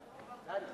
נא לשבת.